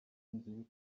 von